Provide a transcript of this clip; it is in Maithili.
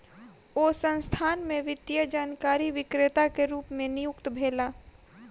ओ संस्थान में वित्तीय जानकारी विक्रेता के रूप नियुक्त भेला